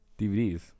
DVDs